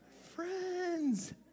friends